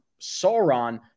Sauron